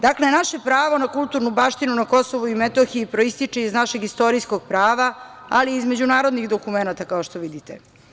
Dakle, naše pravo na kulturnu baštinu na Kosovu i Metohiji proističe iz našeg istorijskog prava, ali i iz međunarodnih dokumenata, kao što vidite.